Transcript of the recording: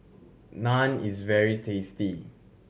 naan is very tasty